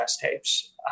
tapes